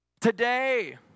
Today